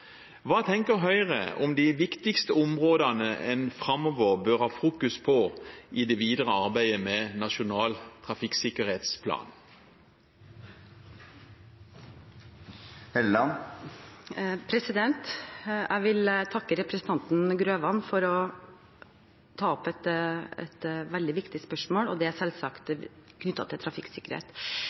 Hva tenker Høyre om de viktigste områdene en framover bør fokusere på i det videre arbeidet med nasjonal trafikksikkerhetsplan? Jeg vil takke representanten Grøvan for å ta opp et veldig viktig spørsmål, og det er selvsagt knyttet til trafikksikkerhet.